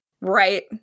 right